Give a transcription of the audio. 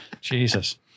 Jesus